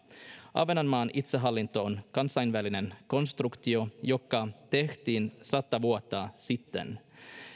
ahvenanmaan itsehallinto on kansainvälinen konstruktio joka tehtiin sata vuotta sitten